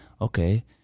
okay